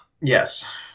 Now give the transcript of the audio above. Yes